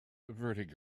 averting